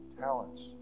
talents